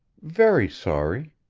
very sorry.